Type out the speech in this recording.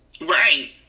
Right